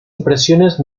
impresiones